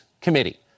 committee